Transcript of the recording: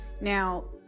Now